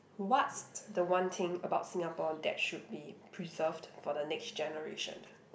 what's the one thing about Singapore that should be preserved for the next generation